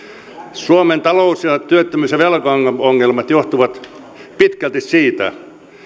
suomen talous työttömyys ja velkaongelmat johtuvat pitkälti siitä